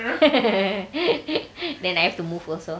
then I have to move also